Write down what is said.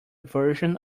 version